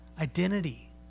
Identity